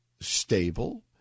stable